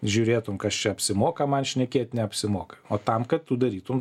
žiūrėtum kas čia apsimoka man šnekėt neapsimoka o tam kad tu darytum